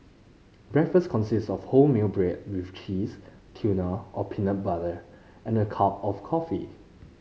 breakfast consist of wholemeal bread with cheese tuna or peanut butter and a cup of coffee